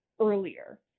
earlier